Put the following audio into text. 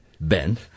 Ben